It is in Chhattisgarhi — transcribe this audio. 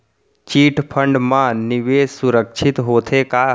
चिट फंड मा निवेश सुरक्षित होथे का?